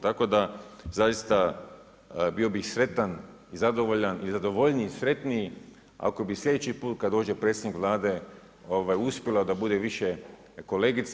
Tako da, zaista bio bih sretan i zadovoljan i zadovoljniji i sretniji ako bi sljedeći put kada dođe predsjednik Vlade uspjelo da bude više kolegica.